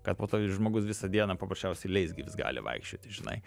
kad po to žmogus visą dieną paprasčiausiai leisgyvis gali vaikščioti žinai